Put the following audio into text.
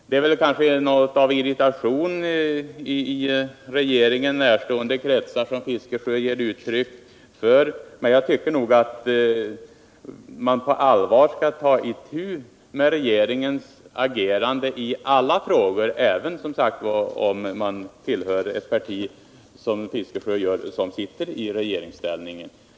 Det är kanske något av irritation i regeringen närstående kretsar som Bertil Fiskesjö ger uttryck för, men man måste på allvar ta itu med regeringens agerande i alla frågor även om man tillhör ett parti — som Bertil Fiskesjö gör — som sitter i regeringsställning.